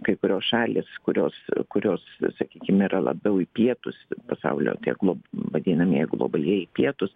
kai kurios šalys kurios kurios sakykim yra labiau į pietus pasaulio tie glo vadinamieji globalieji pietūs